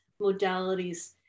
modalities